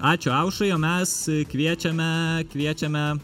ačiū aušrai o mes kviečiame kviečiame